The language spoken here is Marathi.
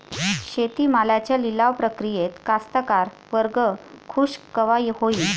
शेती मालाच्या लिलाव प्रक्रियेत कास्तकार वर्ग खूष कवा होईन?